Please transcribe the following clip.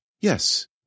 Yes